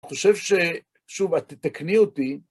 אני חושב ש... שוב, את תתקני אותי.